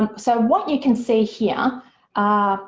um so what you can see here